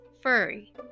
furry